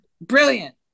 Brilliant